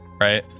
right